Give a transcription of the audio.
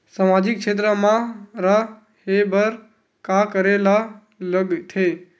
सामाजिक क्षेत्र मा रा हे बार का करे ला लग थे